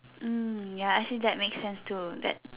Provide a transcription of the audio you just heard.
mm ya I feel that makes sense too that